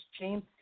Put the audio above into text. James